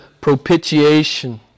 propitiation